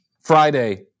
Friday